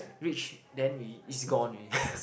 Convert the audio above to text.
reach then we it's gone already